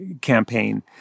campaign